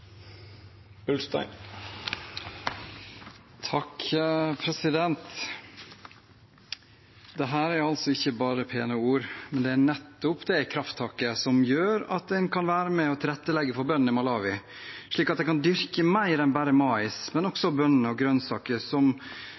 Det er «basic». Dette er altså ikke bare pene ord, dette er nettopp det krafttaket som gjør at man kan være med og tilrettelegge for bøndene i Malawi, slik at de kan dyrke mer enn bare mais – som bønner og grønnsaker,